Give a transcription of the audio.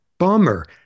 Bummer